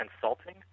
Consulting